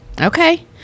Okay